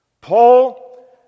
Paul